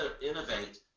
innovate